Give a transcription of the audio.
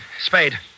Spade